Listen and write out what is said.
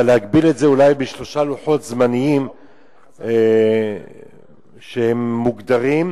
אבל להגביל את זה אולי בשלושה לוחות זמנים שהם מוגדרים,